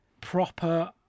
proper